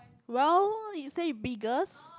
well you say biggest